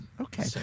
okay